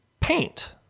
paint